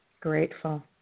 Grateful